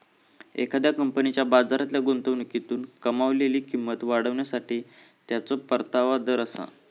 एखाद्या कंपनीच्या बाजारातल्या गुंतवणुकीतून कमावलेली किंमत वाढवण्यासाठी त्याचो परतावा दर आसा